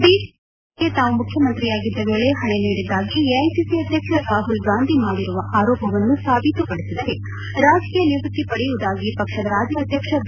BJP ಕೇಂದ್ರ ನಾಯಕರಿಗೆ ತಾವು ಮುಖ್ಯಮಂತ್ರಿಯಾಗಿದ್ದ ವೇಳೆ ಹಣ ನೀಡಿದ್ದಾಗಿ ಎಐಸಿಸಿ ಅಧ್ಯಕ್ಷ ರಾಹುಲ್ ಗಾಂಧಿ ಮಾಡಿರುವ ಆರೋಪವನ್ನು ಸಾಬೀತುಪಡಿಸಿದರೆ ರಾಜಕೀಯ ನಿವೃತ್ತಿ ಪಡೆಯುವುದಾಗಿ ಪಕ್ಷದ ರಾಜ್ಯಾಧ್ಯಕ್ಷ ಬಿ